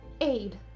aid